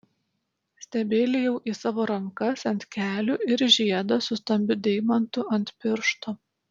stebeilijau į savo rankas ant kelių ir žiedą su stambiu deimantu ant piršto